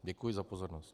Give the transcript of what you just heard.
Děkuji za pozornost.